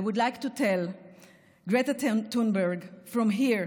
I would like to tell Gretta Thunberg from here,